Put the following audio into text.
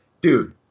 dude